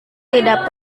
tidak